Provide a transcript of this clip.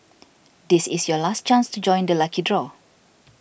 this is your last chance to join the lucky draw